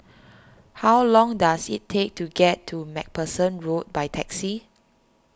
how long does it take to get to MacPherson Road by taxi